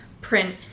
print